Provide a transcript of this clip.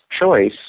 choice